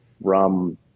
rum